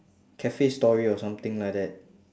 cafe story or something like that